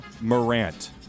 Morant